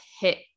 hit